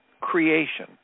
creation